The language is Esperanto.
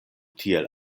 tiel